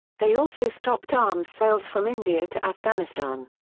they also stopped arms sales from india to afghanistan.